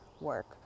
work